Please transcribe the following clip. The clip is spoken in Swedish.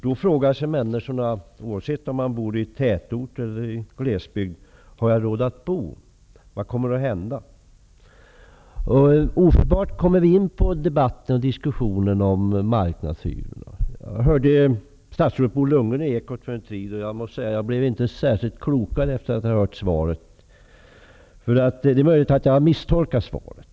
Då frågar sig människor, oavsett om de bor i tätort eller i glesbygd, om de har råd att bo och vad som kommer att hända. Man kommer omedelbart in på debatter och diskussioner om marknadshyrorna. För en tid sedan hörde jag statsrådet Bo Lundgren i Ekot. Men jag blev inte särskilt mycket klokare efter att ha hört vad han sade. Det är möjligt att jag har misstolkat svaret.